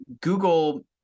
Google